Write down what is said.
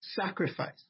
sacrifice